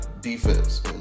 defense